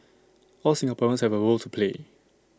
all Singaporeans have A role to play